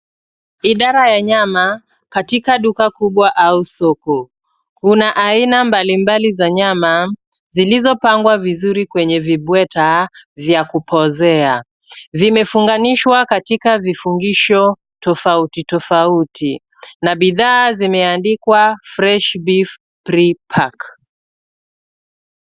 Idara ya nyama katika duka kubwa au soko. Kuna aina mbalimbali za nyama zilizopangwa vizuri kwenye vibweta vya kupozea. Vimefunganishwa katika vifungisho tofauti tofauti na bidhaa zimeandikwa Fresh Beef Prepack .